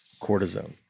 cortisone